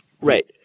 Right